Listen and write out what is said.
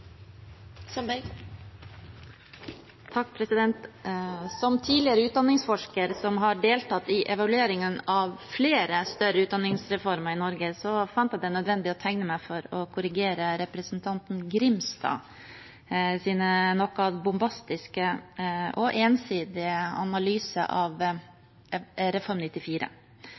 Som tidligere utdanningsforsker som har deltatt i evalueringen av flere større utdanningsreformer i Norge, fant jeg det nødvendig å tegne meg for å korrigere representanten Grimstads noe bombastiske og ensidige analyse av Reform 94.